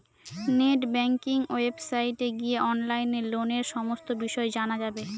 net banking ওয়েবসাইটে গিয়ে অনলাইনে লোনের সমস্ত বিষয় জানা যাবে